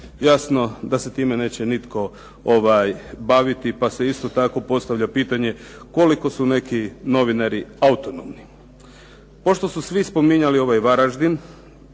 Jasno da se time neće nitko baviti pa se isto tako postavlja pitanje koliko su neki novinari autonomni. Pošto su svi spominjali Varaždin